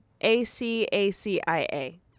A-C-A-C-I-A